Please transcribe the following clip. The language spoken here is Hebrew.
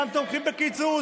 אנחנו גם תומכים בקיצוץ,